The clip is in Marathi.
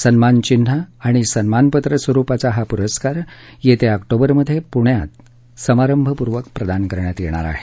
सन्मान चिन्ह आणि सन्मानपत्र स्वरूपाचा हा पुरस्कार येत्या ऑक्टोबरमधे पुण्यात समारंभपूर्वक प्रदान करण्यात येईल